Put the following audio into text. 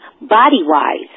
body-wise